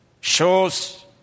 shows